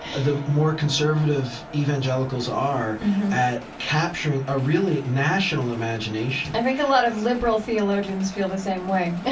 the more conservatives evangelicals are at capturing a really national imagination i think a lot of liberal theologians feel the same way, yeah